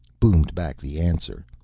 boomed back the answer.